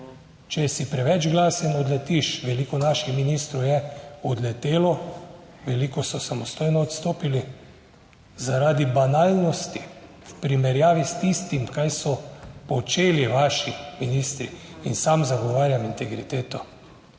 Če si preveč glasen, odletiš. Veliko naših ministrov je odletelo, veliko so samostojno odstopili zaradi banalnosti v primerjavi s tistim kaj so počeli vaši ministri. In sam zagovarjam integriteto.